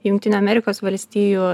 jungtinių amerikos valstijų